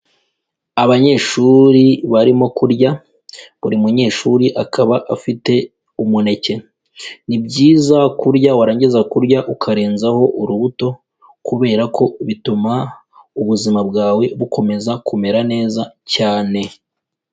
Abanyeshuri barimo kurya, buri munyeshuri akaba afite umuneke, Ni byiza kurya warangiza kurya ukarenzaho urubuto kubera ko bituma ubuzima bwawe bukomeza kumera neza cyane.